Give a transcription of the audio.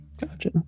Gotcha